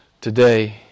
today